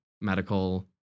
medical